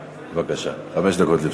בבקשה, חמש דקות לרשותך.